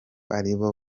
aribo